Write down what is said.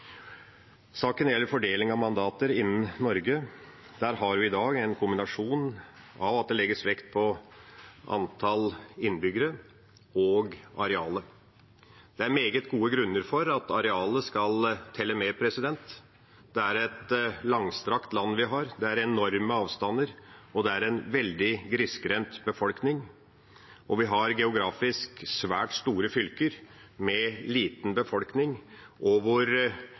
Saken gjelder fordelingen av mandater innen Norge. Der har vi i dag en kombinasjon av at det legges vekt på antall innbyggere og på arealet. Det er meget gode grunner for at arealet skal telle med. Det er et langstrakt land vi har. Det er enorme avstander, og landet er veldig grisgrendt befolket. Vi har geografisk svært store fylker, med liten befolkning.